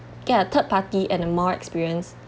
yeah third party and a more experienced